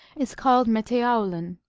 is called metowlin,